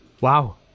Wow